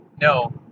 no